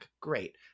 Great